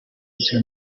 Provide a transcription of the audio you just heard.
bya